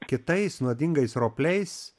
kitais nuodingais ropliais